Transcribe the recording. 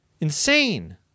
insane